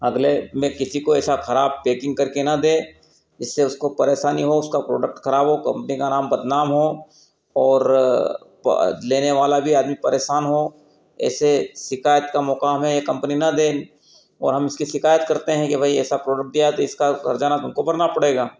अगले में किसी को ऐसा खराब पेकिंग करके ना दें जिससे उसको परेशानी हो उसका प्रोडक्ट खराब हो कंपनी का नाम बदनाम हो और लेने वाला भी आदमी परेशान हो ऐसे शिकायत का मौका हमें कंपनी ना दे और हम इसकी शिकायत करते हैं कि भाई ऐसा प्रोडक्ट दिया तो इसका हरजाना तुमको भरना पड़ेगा